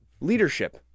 Leadership